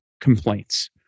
complaints